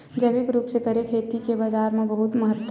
जैविक रूप से करे खेती के बाजार मा बहुत महत्ता हे